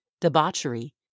debauchery